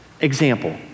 example